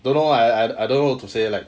don't know lah I don't know what to say like